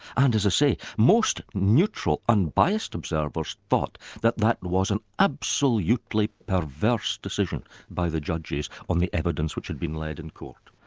and as i say, most neutral, unbiased observers thought that that was an absolutely perverse decision by the judges on the evidence which had been led in court.